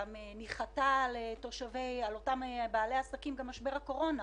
ניחת על אותם בעלי עסקים גם משבר הקורונה.